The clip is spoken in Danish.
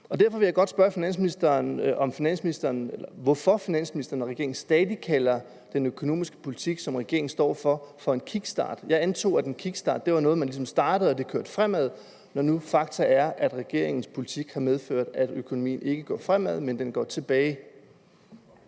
Derfor vil jeg godt spørge finansministeren, hvorfor finansministeren og regeringen stadig kalder den økonomiske politik, som regeringen står for, for en kickstart – jeg antog, at en kickstart var noget, hvor man ligesom startede og det kørte fremad – når nu faktum er, at regeringens politik har medført, at økonomien ikke går fremad, men går tilbage.